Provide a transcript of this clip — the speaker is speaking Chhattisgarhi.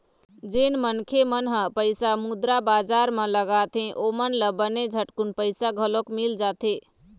जेन मनखे मन ह पइसा मुद्रा बजार म लगाथे ओमन ल बने झटकून पइसा घलोक मिल जाथे